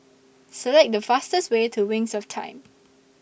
Select The fastest Way to Wings of Time